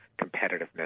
competitiveness